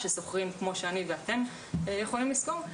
ששוכרים כמו שאני ואתם יכולים לשכור,